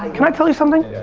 and can i tell you something?